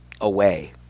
away